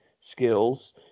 skills